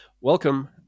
Welcome